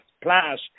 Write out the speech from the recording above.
splash